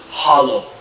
hollow